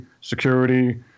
security